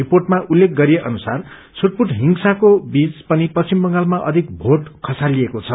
रिपोर्टमा उल्लेख गरिए अनुसार छुटपूट हिंसाको बीच पनि पश्चिम बंगालमा अधिक मोट खसालिएको छ